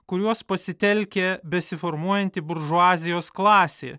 kuriuos pasitelkia besiformuojanti buržuazijos klasė